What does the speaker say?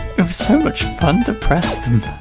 it was so much fun to press